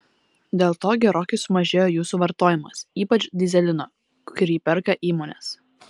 dėl to gerokai sumažėjo jų suvartojimas ypač dyzelino kurį perka įmonės